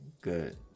good